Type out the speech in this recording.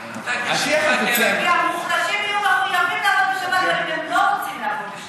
כי המוחלשים יהיו מחויבים לעבוד בשבת גם אם הם לא רוצים לעבוד בשבת.